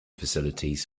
facilities